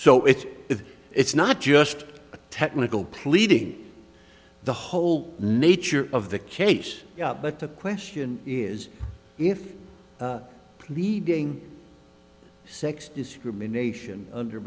so it is it's not just a technical pleading the whole nature of the case but the question is if pleading sex discrimination under